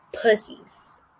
Pussies